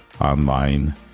online